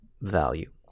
value